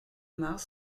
mars